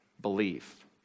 belief